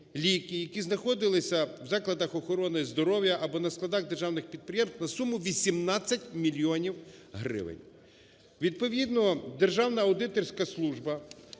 які знаходились в закладах охорони здоров'я або на складах державних підприємств на суму 18 мільйонів гривень! Відповідно Державна аудиторська служба